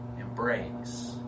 embrace